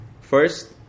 First